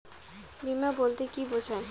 বিমা বলতে কি বোঝায়?